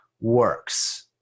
works